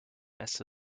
äste